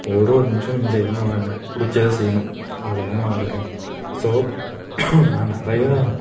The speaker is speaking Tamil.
ஒரு ஒரு நிமிஷமும் என்ஜாய் பண்ணி வாழணும் பிடிச்சத செய்யணும் அவ்வளோதாங்க வாழ்க்கை ஸோ நான் நிறையா